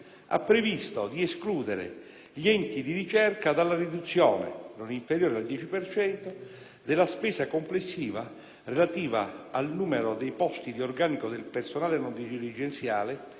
ha previsto di escludere gli enti di ricerca dalla riduzione, non inferiore al dieci per cento, della spesa complessiva relativa al numero dei posti di organico del personale non dirigenziale,